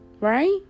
Right